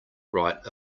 write